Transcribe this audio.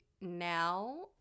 now